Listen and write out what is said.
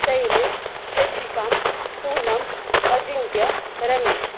Shailesh Shashikant Poonam Ajinkya Ramesh